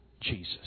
Jesus